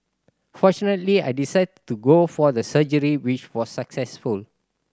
fortunately I decided to go for the surgery which was successful